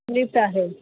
lift आहे